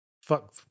fuck